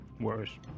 worse